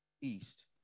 east